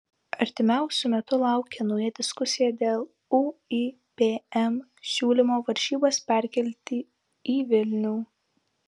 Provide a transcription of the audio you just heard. artimiausiu metu laukia nauja diskusija dėl uipm siūlymo varžybas perkelti į vilnių